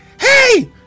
hey